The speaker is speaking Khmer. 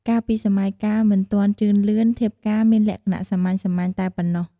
កាលពីសម័យកាលមិនទាន់ជឿនលឿន ធៀបការមានលក្ខណៈសាមញ្ញៗតែប៉ុណ្ណោះ។